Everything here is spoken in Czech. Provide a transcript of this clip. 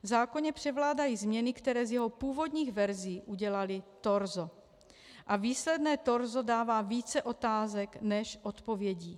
V zákoně převládají změny, které z jeho původních verzí udělaly torzo, a výsledné torzo dává více otázek než odpovědí.